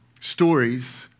Stories